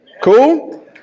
Cool